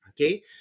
okay